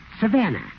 Savannah